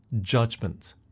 judgment